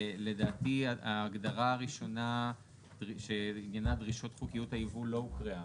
לדעתי ההגדרה הראשונה שעניינה "דרישות חוקיות היבוא" לא הוקראה.